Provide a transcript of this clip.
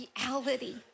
reality